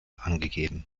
angegeben